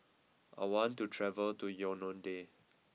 I want to travel to Yaounde